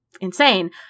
insane